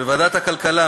בוועדת הכלכלה,